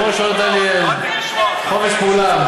היושב-ראש לא נתן לי חופש פעולה.